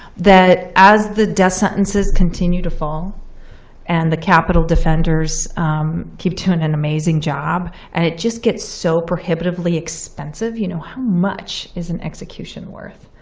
that as the death sentences continue to fall and the capital defenders keep doing an an amazing job, and it just gets so prohibitively expensive, you know how much is an execution worth?